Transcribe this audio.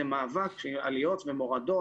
זה מאבק של עליות ומורדות,